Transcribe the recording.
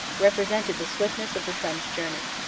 represented the swiftness of the sun's journey.